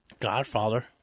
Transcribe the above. Godfather